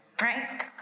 Right